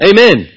Amen